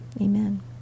Amen